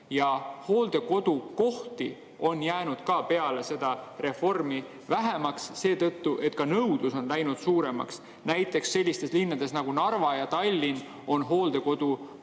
Hooldekodukohti on jäänud peale seda reformi ka vähemaks, sest nõudlus on läinud suuremaks. Näiteks sellistes linnades nagu Narva ja Tallinn on hooldekodukoha